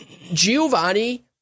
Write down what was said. Giovanni